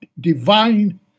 divine